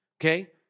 okay